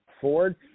Ford